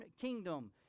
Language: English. kingdom